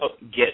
get